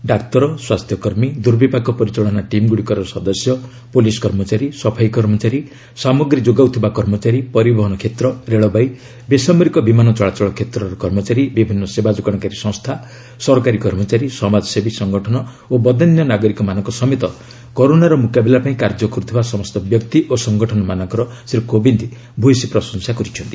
ଡାକ୍ତର ସ୍ୱାସ୍ଥ୍ୟକର୍ମୀ ଦୁର୍ବିପାକ ପରିଚାଳନା ଟିମ୍ ଗୁଡ଼ିକର ସଦସ୍ୟ ପୁଲିସ୍ କର୍ମଚାରୀ ସଫାଇ କର୍ମଚାରୀ ସାମଗ୍ରୀ ଯୋଗାଉଥିବା କର୍ମଚାରୀ ପରିବହନ କ୍ଷେତ୍ର ରେଳବାଇ ବେସାମରିକ ବିମାନ ଚଳାଚଳ କ୍ଷେତ୍ରର କର୍ମଚାରୀ ବିଭିନ୍ନ ସେବା ଯୋଗାଶକାରୀ ସଂସ୍ଥା ସରକାରୀ କର୍ମଚାରୀ ସମାଜସେବୀ ସଂଗଠନ ଓ ବଦାନ୍ୟ ନାଗରିକମାନଙ୍କ ସମେତ କରୋନାର ମୁକାବିଲା ପାଇଁ କାର୍ଯ୍ୟ କରୁଥିବା ସମସ୍ତ ବ୍ୟକ୍ତି ଓ ସଂଗଠନମାନଙ୍କର ଶ୍ରୀ କୋବିନ୍ଦ ଭୂୟସୀ ପ୍ରଶଂସା କରିଛନ୍ତି